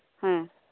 ᱦᱮᱸ